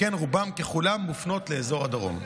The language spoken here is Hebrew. שכן רובן ככולן מופנות לאזור הדרום.